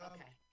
Okay